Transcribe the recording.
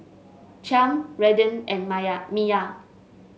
Chaim Redden and Maya Miya